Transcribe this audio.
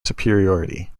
superiority